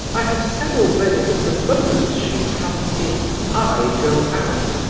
i have said already that the moment she comes in i go out,